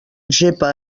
gepa